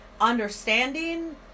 understanding